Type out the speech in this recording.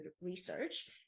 research